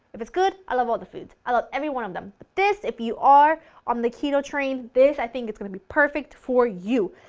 if it's good i love all the foods, i love every one of them. this, if you are on the keto train, this i think is going to be perfect for you!